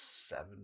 seven